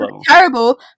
terrible